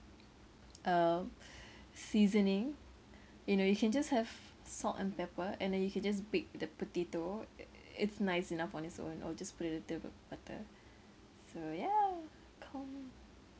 uh seasoning you know you can just have salt and pepper and then you can just bake the potato it it's nice enough on its own or just put a little butter so ya com~